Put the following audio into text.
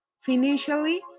Financially